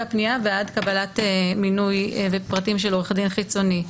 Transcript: הפנייה ועד קבלת מינוי ופרטים של עורך דין חיצוני.